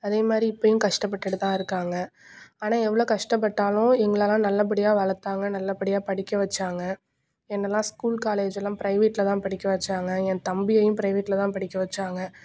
அதேமாதிரி இப்போயும் கஷ்டப்பட்டுட்டு தான் இருக்காங்க ஆனால் எவ்வளோ கஷ்டப்பட்டாலும் எங்களெலாம் நல்லபடியாக வளர்த்தாங்க நல்லபடியாக படிக்க வைச்சாங்க என்னைலாம் ஸ்கூல் காலேஜெலாம் பிரைவேட்டில் தான் படிக்க வெச்சாங்க என் தம்பியையும் பிரைவேட்டில் தான் படிக்க வெச்சாங்க